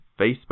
Facebook